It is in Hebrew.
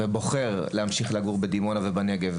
ואני בוחר להמשיך לגור בדימונה ובנגב.